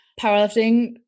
powerlifting